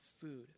food